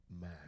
man